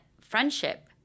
friendship